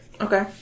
Okay